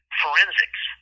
forensics